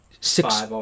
six